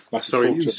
Sorry